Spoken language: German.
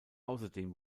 außerdem